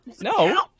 No